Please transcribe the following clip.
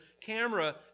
camera